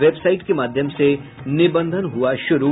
website के माध्यम से निबंधन हुआ शुरू